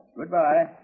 Goodbye